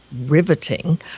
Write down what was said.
riveting